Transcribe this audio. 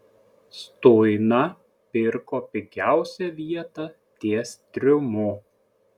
stuina pirko pigiausią vietą ties triumu